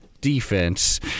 defense